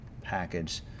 package